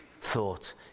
thought